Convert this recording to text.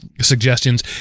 suggestions